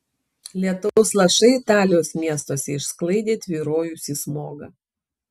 lietaus lašai italijos miestuose išsklaidė tvyrojusį smogą